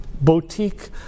boutique